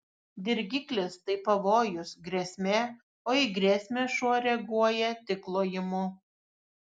dirgiklis tai pavojus grėsmė o į grėsmę šuo reaguoja tik lojimu